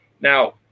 Now